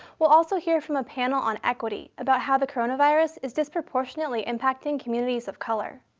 we'll also hear from a panel on equity, about how the coronavirus is disproportionately impacting communities of color.